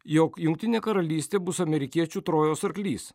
jog jungtinė karalystė bus amerikiečių trojos arklys